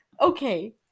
okay